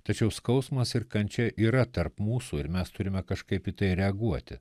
tačiau skausmas ir kančia yra tarp mūsų ir mes turime kažkaip į tai reaguoti